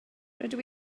rydw